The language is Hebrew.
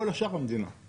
כל השאר המדינה.